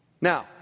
Now